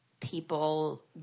people